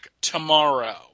Tomorrow